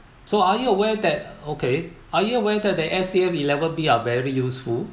so are you aware that okay are you aware that the S_A_F eleven B are very useful